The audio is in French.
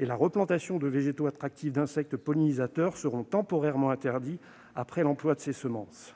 et la replantation de végétaux attractifs d'insectes pollinisateurs seront temporairement interdits après l'emploi de ces semences.